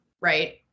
right